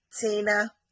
Tina